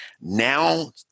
Now